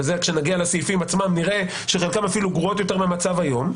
וכשנגיע לסעיפים עצמם נראה שחלקן אפילו גרועות יותר מהמצב היום,